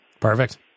Perfect